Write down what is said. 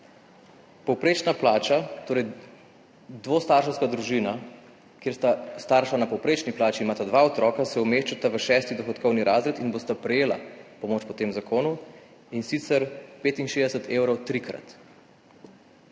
povprečno plačo. Dvostarševska družina, kjer sta starša na povprečni plači, imata dva otroka, se umeščata v šesti dohodkovni razred in bosta prejela pomoč po tem zakonu, in sicer 65 evrov trikrat.